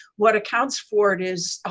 what accounts for it is,